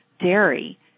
dairy